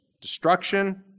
Destruction